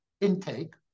intake